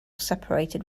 separated